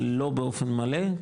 אבל לא באופן מלא,